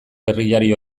gerrillari